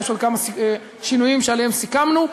יש עוד כמה שינויים שסיכמנו עליהם,